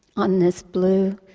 on this blue,